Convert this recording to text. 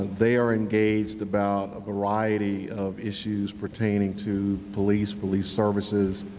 they are engaged about a variety of issues pertaining to police, police services,